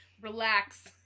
Relax